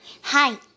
Hi